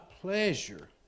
pleasure